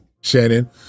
Shannon